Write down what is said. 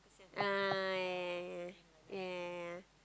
ah ah ya ya ya ya ya ya ya ya ya ya